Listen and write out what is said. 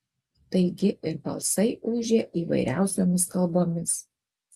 taigi ir balsai ūžė įvairiausiomis kalbomis